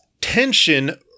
tension